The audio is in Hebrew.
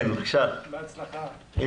כן, בבקשה, היבה.